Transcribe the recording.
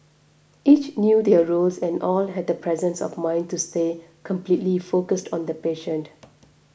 each knew their roles and all had the presence of mind to stay completely focused on the patient